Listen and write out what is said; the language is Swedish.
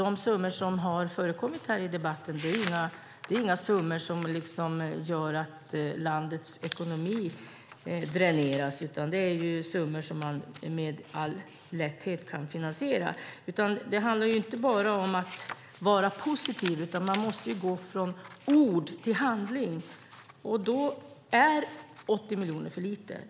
De summor som har förekommit i debatten skulle inte göra att landets ekonomi dräneras, utan detta kan finansieras med all lätthet. Det handlar inte bara om att vara positiv, utan man måste gå från ord till handling. Då är 80 miljoner för lite.